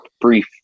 brief